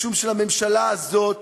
משום שלממשלה הזאת